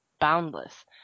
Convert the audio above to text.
boundless